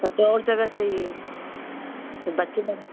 तब तो और जगह चाहिए तो बच्चे